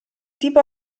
tipo